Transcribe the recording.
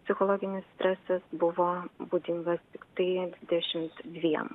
psichologinis stresas buvo būdingas tiktai dvidešimt dviem